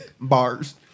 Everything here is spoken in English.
Bars